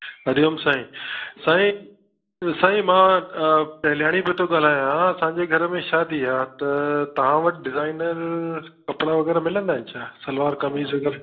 हरिओम साईं साईं मां टहलियाणी पियो थो ॻाल्हायां असांजे घर में शादी आहे त तव्हां वटि डिज़ाइनर कपिड़ा वग़ैरह मिलंदा आहिनि छा सलवार कमीज़ मतिलबु